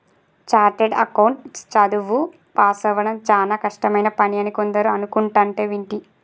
chartered account చదువు పాసవ్వడం చానా కష్టమైన పని అని కొందరు అనుకుంటంటే వింటి